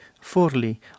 Forli